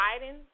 Biden